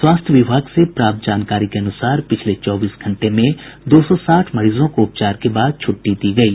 स्वास्थ्य विभाग से प्राप्त जानकारी के अनुसार पिछले चौबीस घंटे में दो सौ साठ मरीजों को उपचार के बाद छ्रट्टी दी गयी